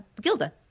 Gilda